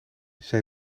zij